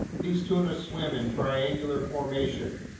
these tuna swim in triangle formation,